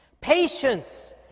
Patience